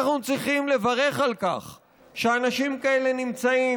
אנחנו צריכים לברך על כך שאנשים כאלה נמצאים,